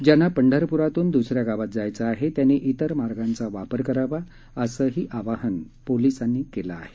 ज्यांना पंढरपुरातून दुस या गावात जायचं आहे त्यांनी इतर मार्गांचा वापर करावा असंही आवाहन पोलिसांनी केलं आहे